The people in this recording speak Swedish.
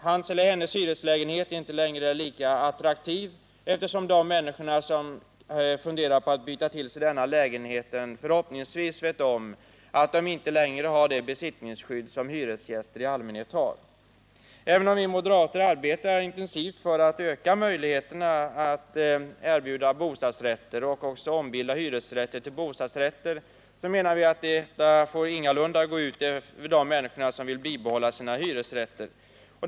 Hans eller hennes hyreslägenhet är inte längre lika attraktiv, eftersom de människor som funderar på att byta till sig denna lägenhet förhoppningsvis vet om att de inte skulle komma att få samma besittningsskydd som hyresgäster i allmänhet har. Även om vi moderater intensivt arbetar för att öka möjligheterna att erbjuda bostadsrätter och ombilda hyresrätter till bostadsrätter får detta ingalunda gå ut över de människor som vill bibehålla sina hyresrätter.